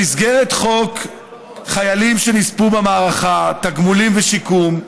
במסגרת חוק חיילים שנספו במערכה (תגמולים ושיקום)